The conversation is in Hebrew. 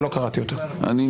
כמו